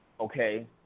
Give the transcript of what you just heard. Okay